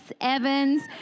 Evans